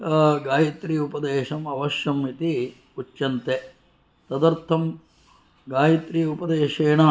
गायत्री उपदेशम् अवश्यम् इति उच्यन्ते तदर्थं गायत्री उपदेशेण